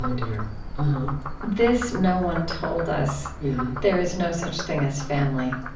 um dear this no one told us there is no such thing as family.